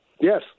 Yes